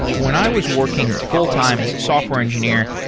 when i was working full-time as a software engineer,